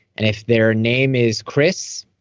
and if their name is chris,